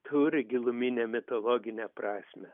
turi giluminę mitologinę prasmę